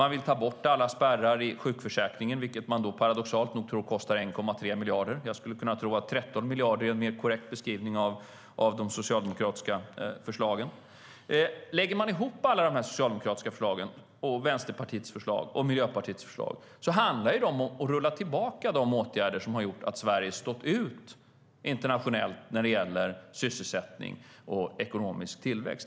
Ni vill ta bort alla spärrar i sjukförsäkringen, vilket ni paradoxalt nog tror kostar 1,3 miljarder. Jag tror att 13 miljarder är en mer korrekt beskrivning av de socialdemokratiska förslagen. Lägger vi ihop förslagen från Socialdemokraterna, Vänsterpartiet och Miljöpartiet handlar allt om att rulla tillbaka de åtgärder som har gjort att Sverige har stuckit ut internationellt när det gäller sysselsättning och ekonomisk tillväxt.